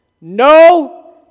No